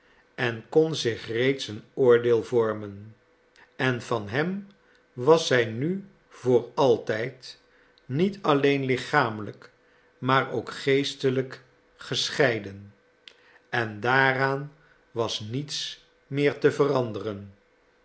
en kon zich reeds een oordeel vormen en van hem was zij nu voor altijd niet alleen lichamelijk maar ook geestelijk gescheiden en daaraan was niets meer te veranderen